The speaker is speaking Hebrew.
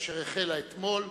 אשר החלה אתמול.